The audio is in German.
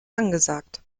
angesagt